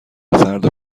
فردا